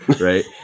right